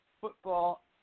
football